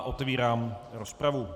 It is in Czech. Otvírám rozpravu.